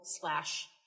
slash